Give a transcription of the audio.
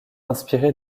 inspiré